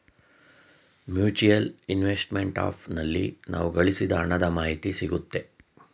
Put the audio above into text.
mutual investment app ನಲ್ಲಿ ನಾವು ಗಳಿಸಿದ ಹಣದ ಮಾಹಿತಿ ಸಿಗುತ್ತೆ